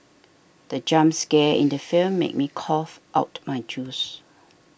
the jump scare in the film made me cough out my juice